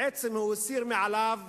בעצם הוא הסיר מעליו